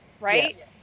right